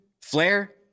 flare